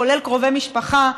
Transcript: כולל קרובי משפחה,